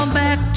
back